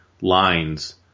lines